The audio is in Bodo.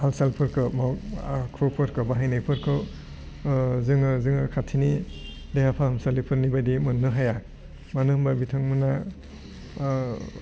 हालसालफोरखौ आखुफोरखौ बाहायनायफोरखौ जोङो जोङो खाथिनि देहा फाहामसालिफोरनि बायदि मोननो हाया मानो होनबा बिथांमोनहा